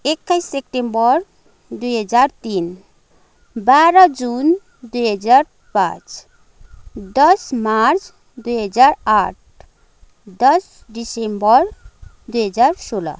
एक्काईस September दुई हजार तीन बाह्र जुन दुई हजार पाँच दस मार्च दुई हजार आठ दस डिसेम्बर दुई हजार सोह्र